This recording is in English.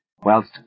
whilst